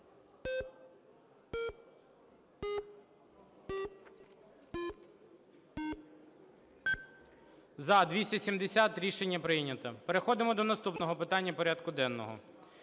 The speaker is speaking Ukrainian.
За-270 Рішення прийнято. Переходимо до наступного питання порядку денного.